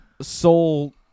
soul